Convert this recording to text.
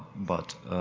but,